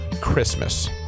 Christmas